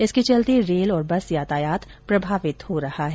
इसके चलते रेल और बस यातायात प्रभावित हो रहा है